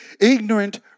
ignorant